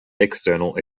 external